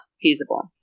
feasible